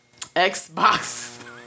Xbox